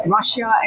Russia